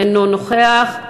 אינו נוכח,